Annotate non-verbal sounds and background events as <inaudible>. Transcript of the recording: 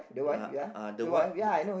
uh uh the what <noise>